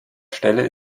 stelle